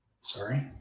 Sorry